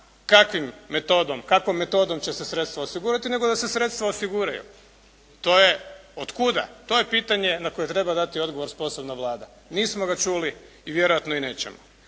kakvom metodom će se sredstva osigurati nego da se sredstva osiguraju. To je otkuda, to je pitanje na koje treba dati odgovor sposobna Vlada. Nismo ga čuli i vjerojatno i nećemo.